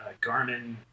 Garmin